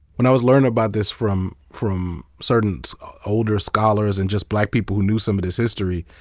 when i was learning about this from from certain older scholars and just black people who knew some of this history,